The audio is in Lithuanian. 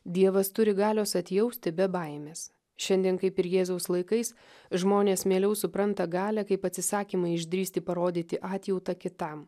dievas turi galios atjausti be baimės šiandien kaip ir jėzaus laikais žmonės mieliau supranta galią kaip atsisakymą išdrįsti parodyti atjautą kitam